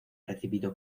recibido